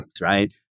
right